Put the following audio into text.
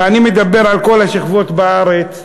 ואני מדבר על כל השכבות בארץ,